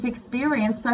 experience